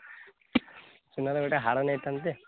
ସୁନାର ଗୋଟେ ହାର ନେଇଥାନ୍ତି ଯେ